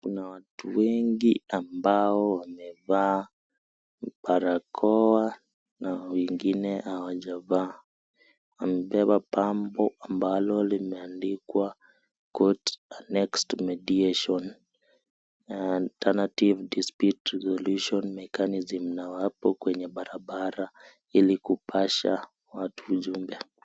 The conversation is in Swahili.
Kuna watu wengi ambao wamevaa barakoa na wengine hawajavaa wamebeba pambo ambalo limeandikwa court a next mediation Alternative dispute resolution mechanism kwenye barabara ili kupasha watu ujumbe.